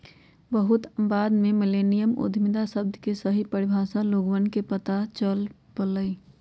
बहुत बाद में मिल्लेनियल उद्यमिता शब्द के सही परिभाषा लोगवन के पता चल पईलय